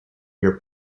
your